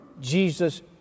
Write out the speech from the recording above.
Jesus